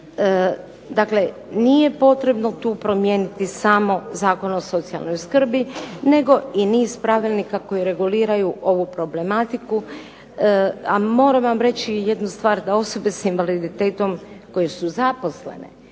Dakle, nije potrebno tu promijeniti samo Zakon o socijalnoj skrbi nego i niz pravilnika koji reguliraju ovu problematiku. A moram vam reći i jednu stvar, da osobe s invaliditetom koje su zaposlene,